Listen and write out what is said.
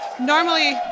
Normally